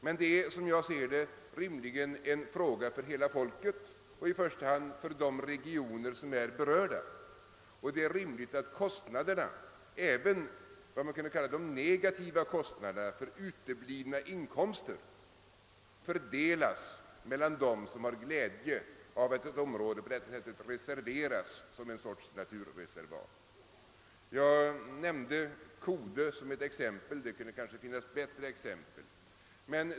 Men det är som jag ser det en fråga för hela folket och i första hand för de regioner som är berörda. Det är rimligt att kostnaderna — även vad man skulle kunna kalla de negativa kostnaderna, d.v.s. de uteblivna inkomsterna — fördelas mellan dem som har glädje av att ett område på detta sätt görs till ett slags naturreservat. Jag nämnde Kode; det finns kanske bättre exempel.